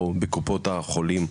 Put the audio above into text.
או בקופות החולים,